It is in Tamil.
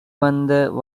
வந்த